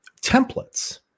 templates